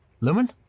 Lumen